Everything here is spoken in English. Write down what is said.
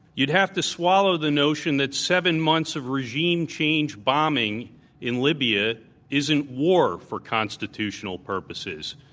you'd have to swallow the notion that seven months of regime change bombing in libya isn't war for constitutional purposes.